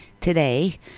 today